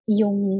yung